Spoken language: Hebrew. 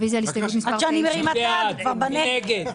רוויזיה על הסתייגות מס' 16. מי בעד,